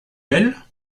elle